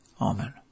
amen